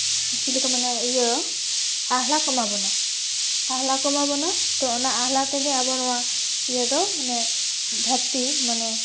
ᱪᱤᱞᱤ ᱠᱚ ᱢᱮᱱᱟ ᱟᱦᱞᱟ ᱠᱚ ᱮᱢᱟ ᱵᱚᱱᱟ ᱟᱦᱞᱟ ᱠᱚ ᱮᱢᱟ ᱵᱚᱱᱟ ᱛᱚ ᱚᱱᱟ ᱟᱦᱞᱟ ᱛᱮᱜᱮ ᱟᱵᱚ ᱱᱚᱣᱟ ᱤᱭᱟᱹ ᱫᱚ ᱢᱟᱱᱮ ᱫᱷᱟᱹᱨᱛᱤ ᱢᱟᱱᱮ